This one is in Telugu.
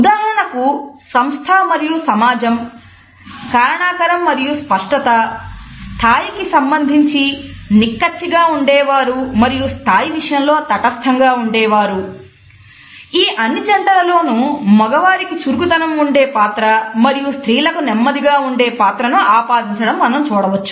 ఉదాహరణకు సంస్థ మరియు సమాజం ఈ అన్ని జంటల లోనూ మగవారికి చురుకుతనం ఉండే పాత్ర మరియు స్త్రీలకు నెమ్మదిగా ఉండే పాత్రను ఆపాదించడాన్ని మనం చూడవచ్చు